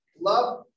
Love